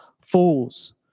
fools